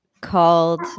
called